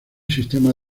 sistema